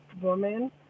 woman